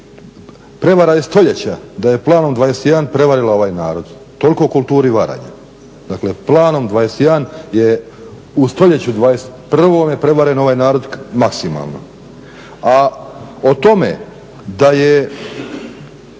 prevara je stoljeća da je Planom 21 prevarila ovaj narod, toliko o kulturi varanja. Dakle Planom 21 je u stoljeću 21. prevaren ovaj narod maksimalno. A o tome da je